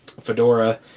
fedora